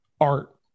art